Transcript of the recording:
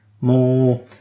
more